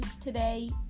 Today